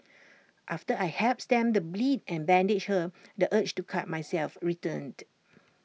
after I helped stem the bleed and bandaged her the urge to cut myself returned